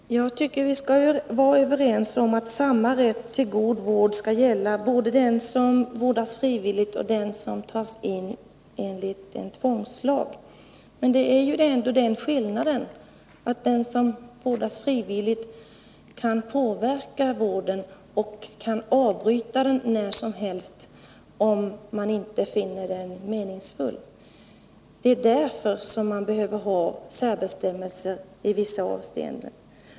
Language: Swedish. Fru talman! Jag tycker vi skall vara överens om att samma rätt till god vård skall gälla både den som vårdas frivilligt och den som tas in enligt en tvångslag. Men det är ju den skillnaden att den som vårdas frivilligt kan påverka vården och avbryta den när som helst, om han inte finner vården meningsfull. Det är därför man behöver ha särbestämmelser i vissa avseenden.